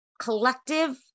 collective